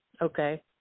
Okay